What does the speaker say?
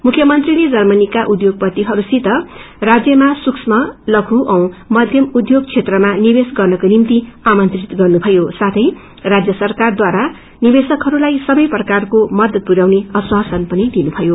मुख्यमंत्रीले जर्मनीका उध्योगपतिहरूसित राजयमा सूक्ष्म लघू औ मध्यम उध्योग क्षेत्रमा निवेश गन्रको निम्ति आमंत्रित गर्नुभयो साथै राज्य सरकार द्वारा निवेशकहरूलाइ सबै प्रकारको मदद पुर्याउने आश्वसन पनि दिनुभयो